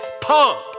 pump